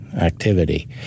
activity